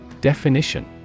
Definition